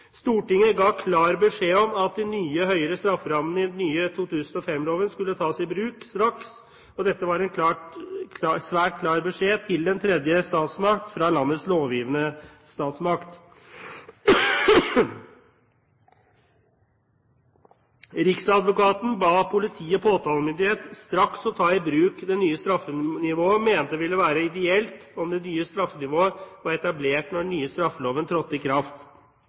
Stortinget ga klar beskjed om at de nye høyere strafferammene i den nye 2005-loven skulle tas i bruk straks, og dette var en svært klar beskjed til den tredje statsmakt fra landets lovgivende statsmakt. Riksadvokaten ba politi- og påtalemyndighet straks å ta i bruk det nye staffenivået og mente det ville være ideelt om det nye straffenivået var etablert når den nye straffeloven trådte i kraft.